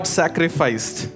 sacrificed